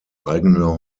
eigene